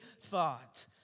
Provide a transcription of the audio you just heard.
thought